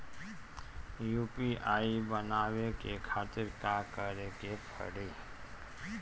UPI बनावे के खातिर का करे के पड़ी?